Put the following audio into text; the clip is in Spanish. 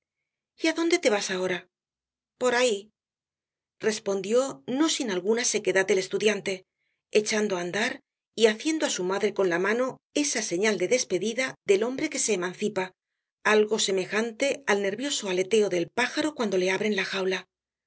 y á dónde te vas ahora por ahí respondió no sin alguna sequedad el estudiante echando á andar y haciendo á su madre con la mano esa señal de despedida del hombre que se emancipa algo semejante al nervioso aleteo del pájaro cuando le abren la jaula sin